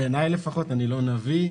בעיני, ואני לא נביא,